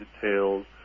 details